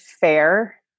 fair